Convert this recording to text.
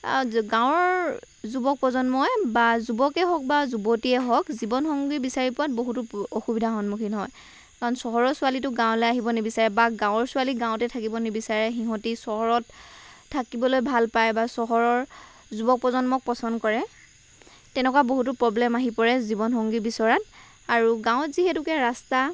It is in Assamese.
গাঁৱৰ যুৱপ্ৰজন্মই বা যুৱকেই হওক বা যুৱতীয়েই হওক জীৱনসংগী বিচাৰি পোৱাত বহুত অসুবিধাৰ সন্মুখীন হয় কাৰণ চহৰৰ ছোৱালীতো গাঁৱলৈ আহিব নিবিচাৰে বা গাঁৱৰ ছোৱালী গাঁৱতে থাকিব নিবিচাৰে সিহঁতি চহৰত থাকিবলৈ ভাল পায় বা চহৰৰ যুৱপ্ৰজন্মক পচন্দ কৰে তেনেকুৱা বহুতো প্ৰব্লেম আহি পৰে জীৱনসংগী বিচৰাত আৰু গাঁৱত যিহেতুকে ৰাস্তা